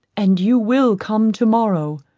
and you will come to-morrow,